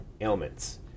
ailments